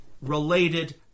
related